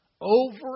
over